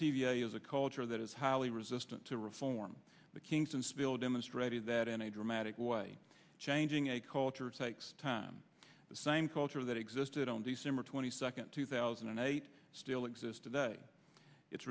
v as a culture that is highly resistant to reform the kings and spill demonstrated that in a dramatic way changing a culture takes time the same culture that existed on december twenty second two thousand and eight still exist today it